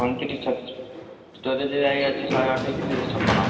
ପଇଁତିରିଶ ଛତିଶି ଷ୍ଟୋରେଜ୍ ଭାଇ ଅଛି ଶହେ ଅଠେଇଶ ଦୁଇଶହ ଛପନ